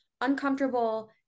uncomfortable